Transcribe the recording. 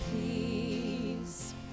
peace